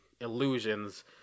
illusions